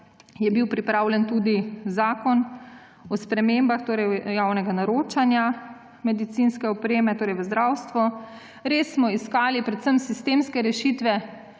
je bil pripravljen tudi zakon o spremembah javnega naročanja medicinske opreme v zdravstvo. Res smo iskali predvsem sistemske rešitve.